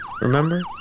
Remember